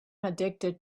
addicted